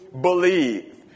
believe